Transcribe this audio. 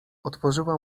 otworzyła